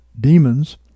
demons